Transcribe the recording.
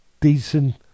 decent